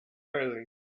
early